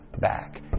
back